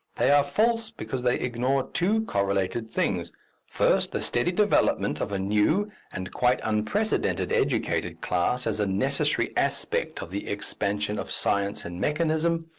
they are false because they ignore two correlated things first, the steady development of a new and quite unprecedented educated class as a necessary aspect of the expansion of science and mechanism,